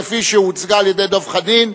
כפי שהוצגה על-ידי דב חנין.